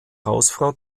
hausfrau